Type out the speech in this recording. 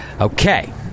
Okay